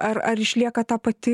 ar ar išlieka ta pati